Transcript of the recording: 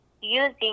using